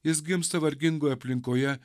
jis gimsta vargingoj aplinkoje